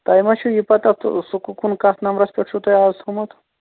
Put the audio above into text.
تۄہہِ ما چھُ یہِ پَتہٕ سُہ کُکُن کَتھ نمبرَس پٮ۪ٹھ چھُو تۄہہِ اَز تھوٚومُت